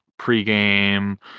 pregame